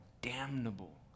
damnable